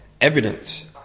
evidence